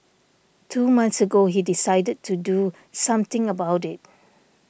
two months ago he decided to do something about it